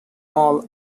mall